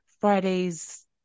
Fridays